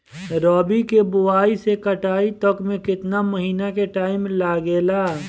रबी के बोआइ से कटाई तक मे केतना महिना के टाइम लागेला?